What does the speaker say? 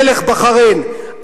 מלך בחריין,